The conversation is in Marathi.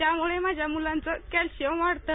त्यामुळे माझ्या मुलांचं क्लॉशियम वाढतं